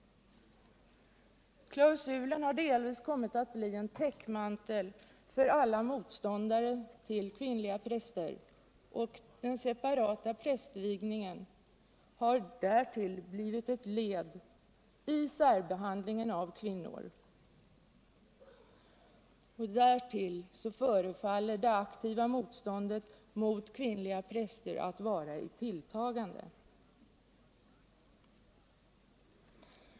Klausulen har delvis kommit att bli en täckmantel för alla motståndare till kvinnliga präster. Och den separata prästvigningen har därtill blivit ett led i särbehandlingen av kvinnor. Dessutom förefaller det aktiva motståndet mot kvinnliga präster att vara i tilltagande.